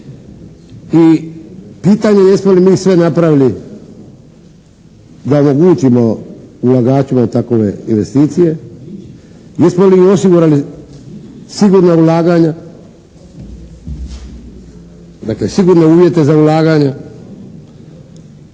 i pitanje je jesmo li mi sve napravili da omogućimo ulagačima takove investicije. Jesmo li osigurali sigurna ulaganja, dakle, sigurne uvjete za ulaganja?